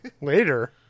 Later